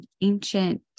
ancient